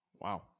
Wow